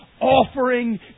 offering